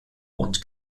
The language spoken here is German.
und